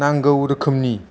नांगौ रोखोमनि